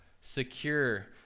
secure